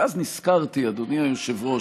ואז נזכרתי, אדוני היושב-ראש,